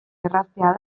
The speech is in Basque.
erraztea